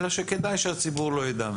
אלא שכדאי שהציבור לא יידע מהן,